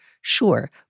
Sure